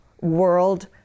world